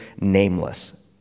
nameless